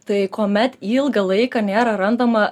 tai kuomet ilgą laiką nėra randama